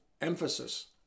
emphasis